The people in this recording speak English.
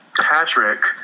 Patrick